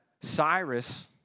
Cyrus